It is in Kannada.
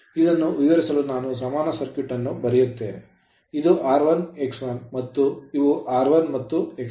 ಇದನ್ನು ವಿವರಿಸಲು ನಾನು ಸಮಾನ ಸರ್ಕ್ಯೂಟ್ ಅನ್ನು ಬರೆಯುತ್ತೇನೆ ಇದು r1 x1 ಮತ್ತು ಇವು rf ಮತ್ತು xf